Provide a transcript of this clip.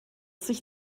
sich